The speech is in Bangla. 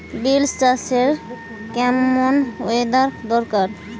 বিন্স চাষে কেমন ওয়েদার দরকার?